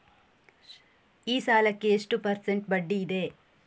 ಈ ಸಾಲಕ್ಕೆ ಎಷ್ಟು ಪರ್ಸೆಂಟ್ ಬಡ್ಡಿ ಇದೆ?